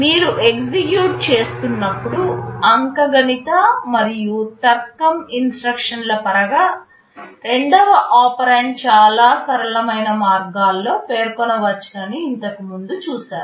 మీరు ఎగ్జిక్యూట్ చేస్తున్నప్పుడు అంకగణిత మరియు తర్కం ఇన్స్ట్రక్షన్లపరంగా రెండవ ఒపెరాండ్ చాలా సరళమైన మార్గాల్లో పేర్కొనవచ్చు నని ఇంతకు ముందు చూశారు